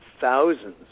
thousands